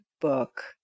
book